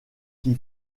qui